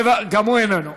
גם הוא איננו.